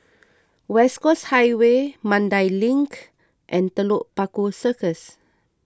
West Coast Highway Mandai Link and Telok Paku Circus